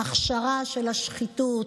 ההכשרה של השחיתות,